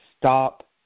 stop